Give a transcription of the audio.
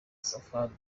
safari